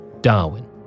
Darwin